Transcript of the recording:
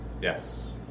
Yes